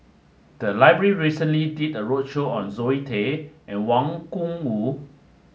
the library recently did a roadshow on Zoe Tay and Wang Gungwu